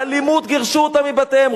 באלימות גירשו אותם מבתיהם.